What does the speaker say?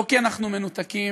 לא כי אנחנו מנותקים,